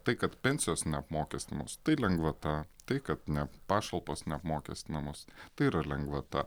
tai kad pensijos neapmokestinamos tai lengvata tai kad ne pašalpos neapmokestinamos tai yra lengvata